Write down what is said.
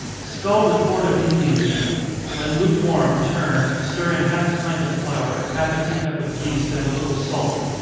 scald a quart of indian meal when lukewarm, turn, stir in half a pint of flour, half a tea-cup of yeast, and a little salt.